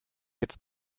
jetzt